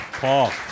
Paul